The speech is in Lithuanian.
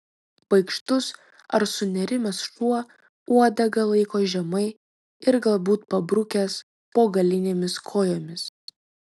baikštus ar sunerimęs šuo uodegą laiko žemai ir galbūt pabrukęs po galinėmis kojomis